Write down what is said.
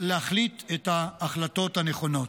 להחליט את ההחלטות הנכונות.